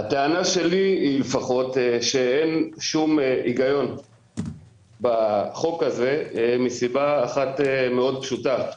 הטענה שלי היא לפחות שאין שום היגיון בחוק הזה מסיבה אחת מאוד פשוטה.